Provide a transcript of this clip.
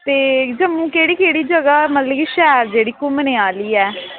ते जम्मू केह्ड़ी केह्ड़ी जगह शैल ऐ जेह्ड़ी घूमने आह्ली ऐ